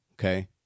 okay